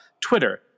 Twitter